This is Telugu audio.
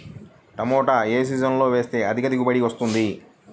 టమాటా ఏ సీజన్లో వేస్తే అధిక దిగుబడి వస్తుంది?